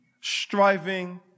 striving